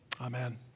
amen